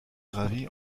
gravi